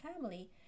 family